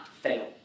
fail